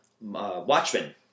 Watchmen